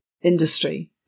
industry